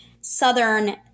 southern